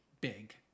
big